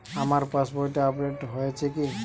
আমার পাশবইটা আপডেট হয়েছে কি?